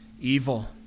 evil